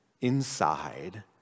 inside